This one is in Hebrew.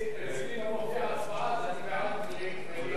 אצלי לא מופיעה הצבעה, אז אני בעד מליאה.